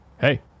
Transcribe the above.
hey